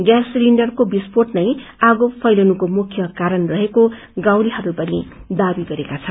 gas cylinder विस्फोट नै आगो फैलनुको मुख्य कारण रहेको गाउँलेहरूले दाबी गरेका छन्